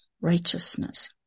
righteousness